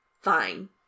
fine